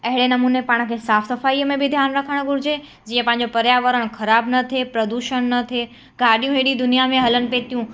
अहिड़े नमुने पाण खे साफ़ सफ़ाईअ में बि ध्यानु रखणु घुरिजे जीअं पंहिंजो पर्यावरण खराब न थिए प्रदुषण न थिए गाॾियूं एॾी दुनियां में हलनि पइ थियूं